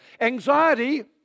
Anxiety